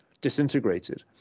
disintegrated